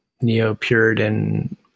neo-Puritan